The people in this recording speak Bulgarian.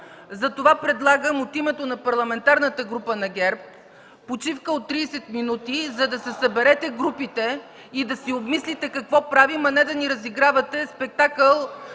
Затова предлагам от името на Парламентарната група на ГЕРБ почивка от 30 минути, за да се съберете групите и да си обмислите какво правим, а не да ни разигравате спектакъл